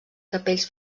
capells